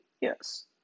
Yes